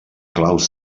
claus